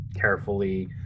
carefully